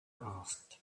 asked